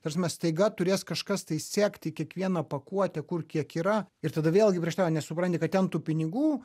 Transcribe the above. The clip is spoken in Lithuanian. ta prasme staiga turės kažkas tai sekti kiekvieną pakuotę kur kiek yra ir tada vėlgi prieštarauja nes supranti kad ten tų pinigų